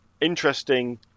interesting